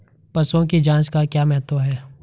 पशुओं की जांच का क्या महत्व है?